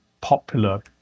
popular